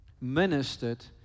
ministered